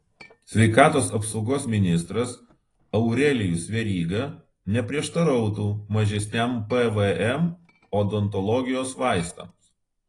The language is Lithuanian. sveikatos apsaugos ministras aurelijus veryga neprieštarautų mažesniam pvm odontologijos vaistams